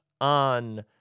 on